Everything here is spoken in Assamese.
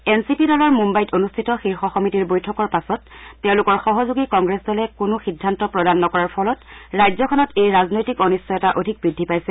এন চি পি দলৰ মুন্নাইত অনুষ্ঠিত শীৰ্ষ সমিতিৰ বৈঠকৰ পাছত তেওঁলোকৰ সহযোগী কংগ্ৰেছ দলে কোনো সিদ্ধান্ত প্ৰদান নকৰাৰ ফলত ৰাজ্যখনত এই ৰাজনৈতিক অনিশ্চয়তা অধিক বৃদ্ধি পাইছে